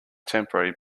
temporary